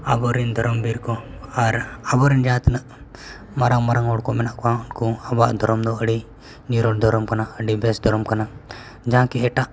ᱟᱵᱚ ᱨᱮᱱ ᱫᱷᱚᱨᱚᱢ ᱵᱤᱨᱠᱚ ᱟᱨ ᱟᱵᱚ ᱨᱮᱱ ᱡᱟᱦᱟᱸ ᱛᱤᱱᱟᱹᱜ ᱢᱟᱨᱟᱝ ᱢᱟᱨᱟᱝ ᱦᱚᱲᱠᱚ ᱢᱮᱱᱟᱜ ᱠᱚᱣᱟ ᱩᱱᱠᱩ ᱟᱵᱚᱣᱟᱜ ᱫᱷᱚᱨᱚᱢ ᱫᱚ ᱟᱹᱰᱤ ᱱᱤᱨᱚᱲ ᱫᱷᱚᱨᱚᱢ ᱠᱟᱱᱟ ᱟᱹᱰᱤ ᱵᱮᱥ ᱫᱷᱚᱨᱚᱢ ᱠᱟᱱᱟ ᱡᱟᱦᱟᱸ ᱠᱤ ᱮᱴᱟᱜ